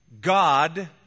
God